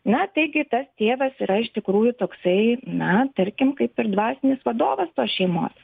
na taigi tas tėvas yra iš tikrųjų toksai na tarkim kaip ir dvasinis vadovas tos šeimos